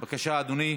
בבקשה, אדוני,